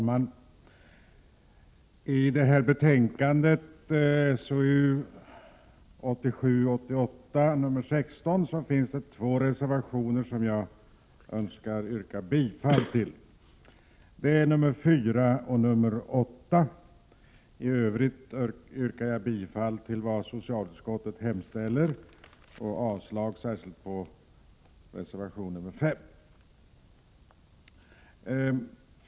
Herr talman! I detta betänkande, SoU 1987/88:16, finns det två reservationer som jag önskar yrka bifall till. De bär numren 4 och 8. I övrigt yrkar jag bifall till vad socialutskottet hemställer och avslag särskilt på reservation 5.